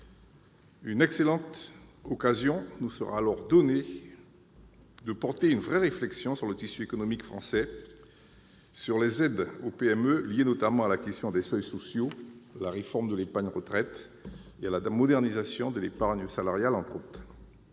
Une excellente occasion nous sera alors donnée de conduire une véritable réflexion sur le tissu économique français, sur les aides aux PME liées notamment à la question des seuils sociaux, la réforme de l'épargne retraite, la modernisation de l'épargne salariale. Madame